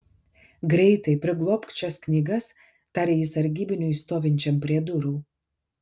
greitai priglobk šias knygas tarė jis sargybiniui stovinčiam prie durų